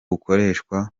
bukoreshwa